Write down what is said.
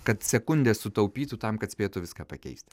kad sekundę sutaupytų tam kad spėtų viską pakeisti